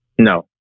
No